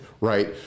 right